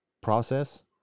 process